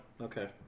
Okay